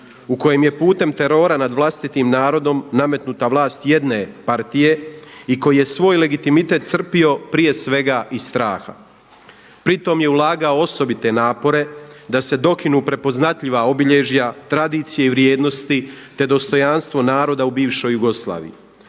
u kojem je putem terora nad vlastitim narodom nametnuta vlast jedne partije i koji je svoj legitimitet crpio prije svega iz straha. Pritom je ulagao osobite napore da se dokinu prepoznatljiva obilježja tradicije i vrijednosti, te dostojanstvo naroda u bivšoj Jugoslaviji.